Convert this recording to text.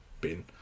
bin